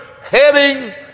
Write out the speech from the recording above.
heading